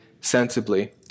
sensibly